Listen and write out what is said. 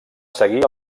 seguir